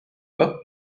pas